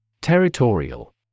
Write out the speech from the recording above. Territorial